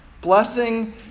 Blessing